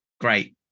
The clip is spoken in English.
great